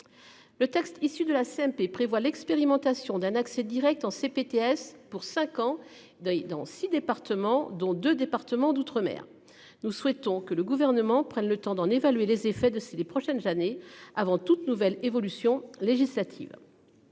Le texte issu de la CMP prévoit l'expérimentation d'un accès Direct en CPTS pour cinq ans deuil dans 6 départements, dont 2 départements d'outre-mer. Nous souhaitons que le gouvernement prenne le temps d'en évaluer les effets de ces les prochaines années avant toute nouvelle évolution législative.